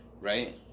right